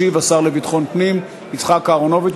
ישיב השר לביטחון פנים יצחק אהרונוביץ.